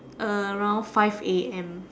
around five A_M